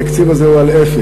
התקציב הזה הוא על אפס.